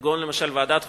כגון למשל ועדת החוקה,